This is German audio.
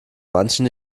manchen